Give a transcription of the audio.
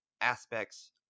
aspects